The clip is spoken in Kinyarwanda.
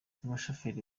umushoferi